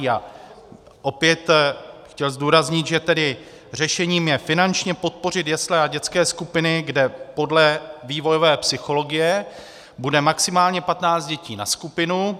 A opět bych chtěl zdůraznit, že tedy řešením je finančně podpořit jesle a dětské skupiny, kde podle vývojové psychologie bude maximálně patnáct dětí na skupinu.